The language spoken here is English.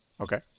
Okay